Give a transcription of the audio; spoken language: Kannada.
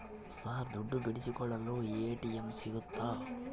ಸರ್ ದುಡ್ಡು ಬಿಡಿಸಿಕೊಳ್ಳಲು ಎ.ಟಿ.ಎಂ ಸಿಗುತ್ತಾ?